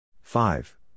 Five